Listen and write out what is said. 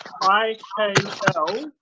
I-K-L